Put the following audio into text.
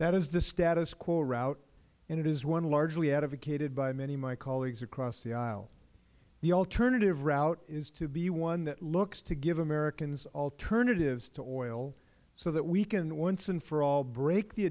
that is a status quo route and it is one largely advocated by many of my colleagues across the aisle the alternative route is to be one that looks to give americans alternatives to oil so that we can once and for all break the